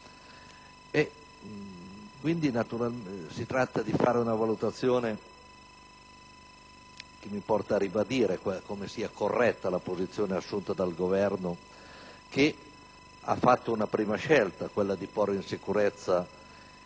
oceano. La suddetta valutazione mi porta a ribadire quanto sia corretta la posizione assunta dal Governo, che ha fatto una prima scelta, quella di porre in sicurezza